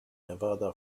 nevada